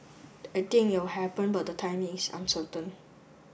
I think it will happen but the timing is uncertain